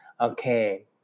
Okay